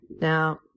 Now